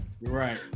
right